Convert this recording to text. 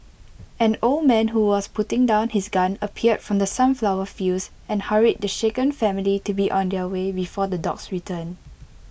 an old man who was putting down his gun appeared from the sunflower fields and hurried the shaken family to be on their way before the dogs return